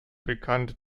bekannt